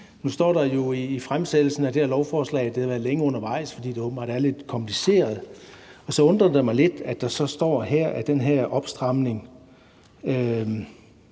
Nu står der jo i fremsættelsen af det her lovforslag, at det har været længe undervejs, fordi det åbenbart er lidt kompliceret. Og så undrer det mig lidt, at der så står her, at den her opstramning